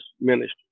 ministry